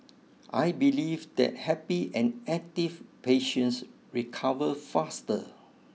I believe that happy and active patients recover faster